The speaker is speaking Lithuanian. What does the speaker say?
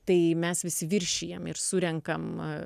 tai mes vis viršijam ir surenkam